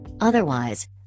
Otherwise